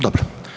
Dobro.